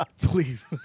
Please